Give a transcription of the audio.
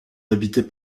habités